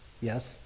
Yes